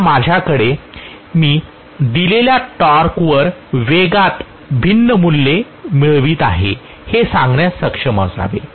आता माझ्याकडे हे असल्यामुळे मी दिलेल्या टॉर्कवर वेगात भिन्न मूल्ये मिळवीत आहे हे सांगण्यास सक्षम असावे